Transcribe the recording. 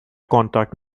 contact